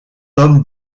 tom